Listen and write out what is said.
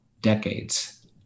decades